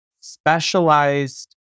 specialized